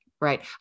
right